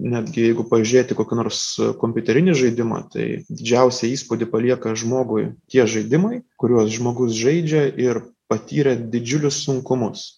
netgi jeigu pažėti kokį nors kompiuterinį žaidimą tai didžiausią įspūdį palieka žmogui tie žaidimai kuriuos žmogus žaidžia ir patyrė didžiulius sunkumus